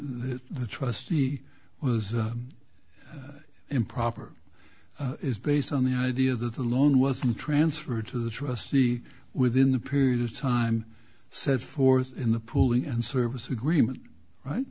the trustee was improper is based on the idea that the loan wasn't transferred to the trustee within the period of time set forth in the pooling and service agreement right